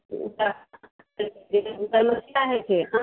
होइ छै ने